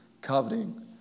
coveting